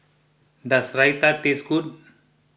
does Raita taste good